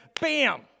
bam